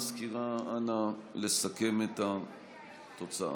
המזכירה, אנא, לסכם את התוצאה.